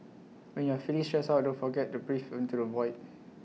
when you are feeling stressed out don't forget to breathe into the void